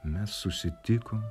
mes susitikom